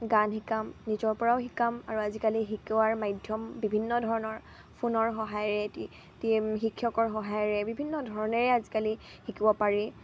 গান শিকাম নিজৰ পৰাও শিকাম আৰু আজিকালি শিকোৱাৰ মাধ্যম বিভিন্ন ধৰণৰ ফোনৰ সহায়ৰে শিক্ষকৰ সহায়ৰে বিভিন্ন ধৰণেৰে আজিকালি শিকিব পাৰি